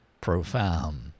profound